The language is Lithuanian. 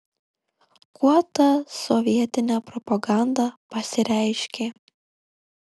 kuo ta sovietinė propaganda pasireiškė